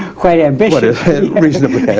quite ambitious reasonably yeah